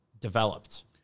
developed